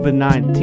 COVID-19